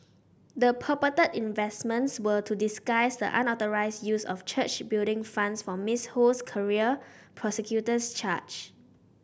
the purported investments were to disguise the unauthorised use of church Building Funds for Miss Ho's career prosecutors charge